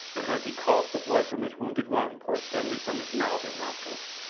and as he coughed the blood from his wounded lung poured suddenly from his mouth and nostrils.